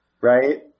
Right